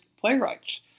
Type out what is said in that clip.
playwrights